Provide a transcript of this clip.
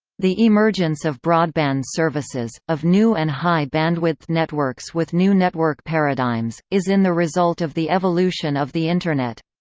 the emergence of broadband services, of new and high bandwidth networks with new network paradigms, is in the result of the evolution of the internet.